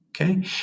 Okay